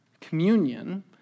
communion